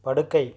படுக்கை